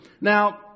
Now